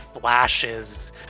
flashes